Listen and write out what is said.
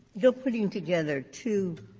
you're putting together two